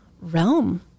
realm